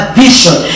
vision